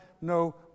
no